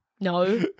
no